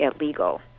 illegal